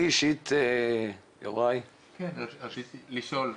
אני אישית --- רציתי לשאול,